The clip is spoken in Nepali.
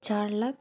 चार लाख